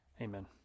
Amen